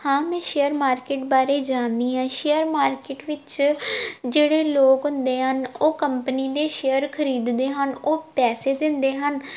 ਹਾਂ ਮੈਂ share market ਬਾਰੇ ਜਾਣਦੀ ਹਾਂ ਸ਼ੇਅਰ ਮਾਰਕੀਟ ਵਿੱਚ ਜਿਹੜੇ ਲੋਕ ਹੁੰਦੇ ਹਨ ਉਹ ਕੰਪਨੀ ਦੇ ਸ਼ੇਅਰ ਖਰੀਦਦੇ ਹਨ ਉਹ ਪੈਸੇ ਦਿੰਦੇ ਹਨ